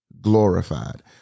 glorified